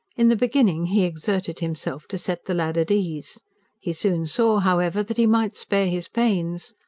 in the beginning he exerted himself to set the lad at ease he soon saw, however, that he might spare his pains.